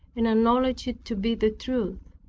and acknowledged it to be the truth.